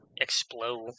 Explode